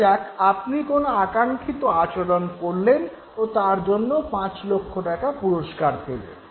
ধরা যাক আপনি কোনো আকাঙ্ক্ষিত আচরণ করলেন ও তার জন্য পাঁচ লক্ষ টাকা পুরস্কার পেলেন